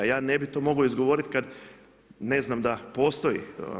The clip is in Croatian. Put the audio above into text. Ja ne bih to mogao izgovoriti, kad ne znam da postoji.